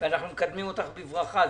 אנו מקדמים אותך בברכה.